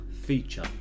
feature